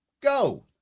go